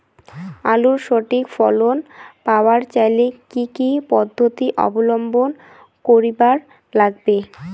আলুর সঠিক ফলন পাবার চাইলে কি কি পদ্ধতি অবলম্বন করিবার লাগবে?